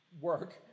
work